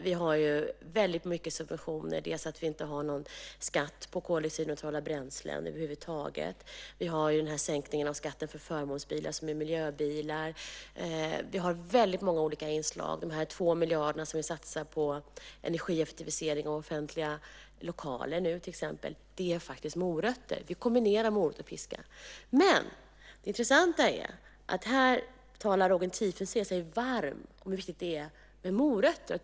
Vi har väldigt mycket subventioner: Vi har inte någon skatt på koldioxidneutrala bränslen över huvud taget, och vi har sänkt skatten för de förmånsbilar som är miljöbilar. Vi har många olika inslag. De 2 miljarder som vi till exempel nu satsar på energieffektivisering av offentliga lokaler är en morot. Vi kombinerar alltså morot och piska. Det intressanta är att Roger Tiefensee talar sig varm för hur viktigt det är med morötter.